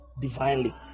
divinely